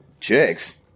chicks